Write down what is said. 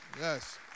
Yes